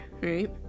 right